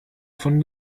von